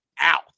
out